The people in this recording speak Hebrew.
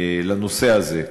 לנושא הזה.